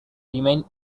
remain